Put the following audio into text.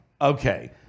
Okay